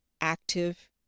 active